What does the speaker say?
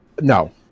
No